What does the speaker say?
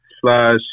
slash